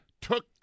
took